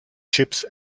chips